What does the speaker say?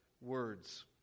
words